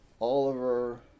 oliver